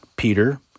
Peter